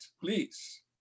please